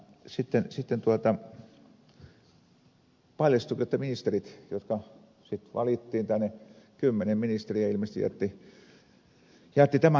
sitten paljastuikin että ministereistä jotka valittiin tänne kymmenen ministeriä ilmeisesti jätti tämän noudattamatta